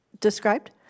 described